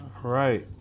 Right